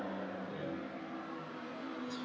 ya